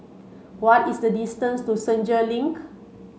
what is the distance to Senja Link